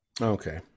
Okay